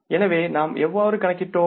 எனவே நாம் எவ்வாறு கணக்கிட்டோம்